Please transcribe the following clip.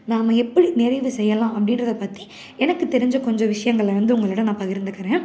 நாம் எப்படி நிறைவு செய்யலாம் அப்படின்றத பற்றி எனக்கு தெரிஞ்ச கொஞ்சம் விஷயங்கள வந்து உங்களோடு நான் பகிர்ந்துக்கிறேன்